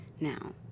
Now